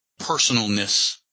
personalness